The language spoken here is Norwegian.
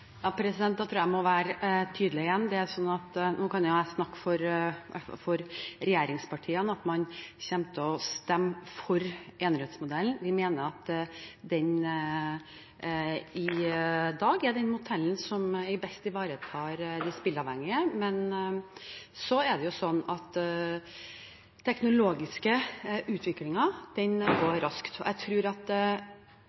jeg jeg må være tydelig igjen – og nå kan jo jeg snakke i hvert fall for regjeringspartiene: Man kommer til å stemme for enerettsmodellen. Vi mener at i dag er det den modellen som best ivaretar de spilleavhengige, men den teknologiske utviklingen går raskt. Jeg tror at med tanke på både den